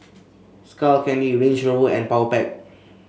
Skull Candy Range Rover and Powerpac